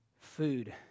food